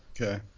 Okay